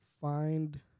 Find